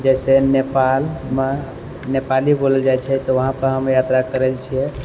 जैसे नेपालमे नेपाली बोलल जाइ छै तऽ वहाँपर हम यात्रा करै छियै